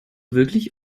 wirklich